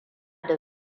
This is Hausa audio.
da